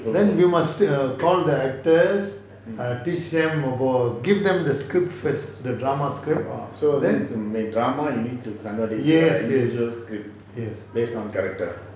then we must err call the actors err teach them about give them the script first the drama script yes yes yes